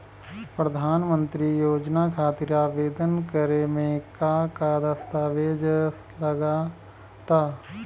प्रधानमंत्री योजना खातिर आवेदन करे मे का का दस्तावेजऽ लगा ता?